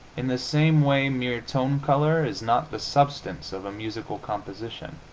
in the same way mere tone-color is not the substance of a musical composition.